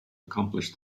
accomplish